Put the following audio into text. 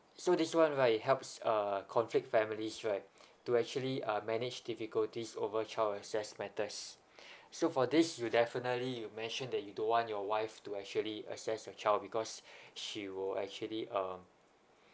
so this one right it helps uh conflict families right to actually uh manage difficulties over child access matters so for this you'll definitely you mentioned that you don't want your wife to actually access your child because she will actually um